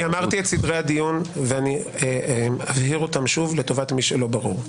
אמרתי את סדרי הדיון ואני אבהיר אותם שוב לטובת מי שלא ברור לו: